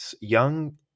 young